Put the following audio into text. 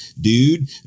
dude